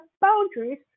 boundaries